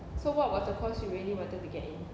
so what was the course you really wanted to get in